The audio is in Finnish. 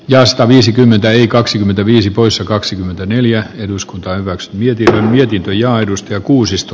ja sataviisikymmentä eli kaksikymmentäviisi poissa kaksikymmentäneljä eduskuntaan växt hietikot pitkin linjaa edustaa kuusisto